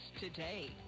today